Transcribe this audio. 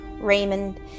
Raymond